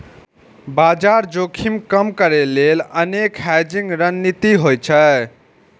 बाजार जोखिम कम करै लेल अनेक हेजिंग रणनीति होइ छै